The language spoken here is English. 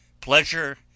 pleasure